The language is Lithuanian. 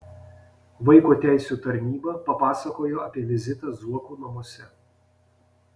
vaiko teisių tarnyba papasakojo apie vizitą zuokų namuose